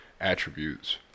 attributes